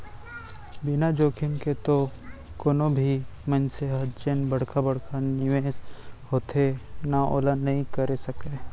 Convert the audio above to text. बिना जोखिम के तो कोनो भी मनसे ह जेन बड़का बड़का निवेस होथे ना ओला नइ करे सकय